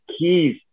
keys